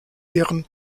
deren